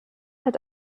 hat